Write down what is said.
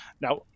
Now